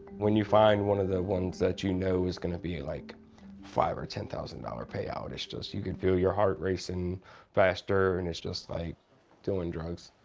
when you find one of the ones that you know is gonna be like five or ten thousand dollars payout, it's just, you can feel your heart racing faster and it's just like doing drugs.